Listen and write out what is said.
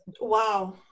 wow